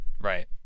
Right